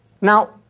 Now